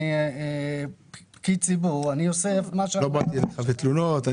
ואני כפקיד ציבור עושה מה ש --- לא באתי אליך בתלונות.